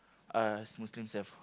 us Muslims have